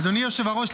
אדוני היושב-ראש,